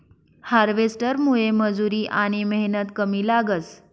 हार्वेस्टरमुये मजुरी आनी मेहनत कमी लागस